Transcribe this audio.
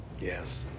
Yes